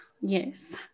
yes